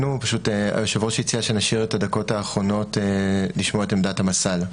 היושב-ראש הציע שנשאיר את הדקות האחרונות לשמוע את עמדת המס"ל.